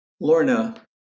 Lorna